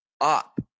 up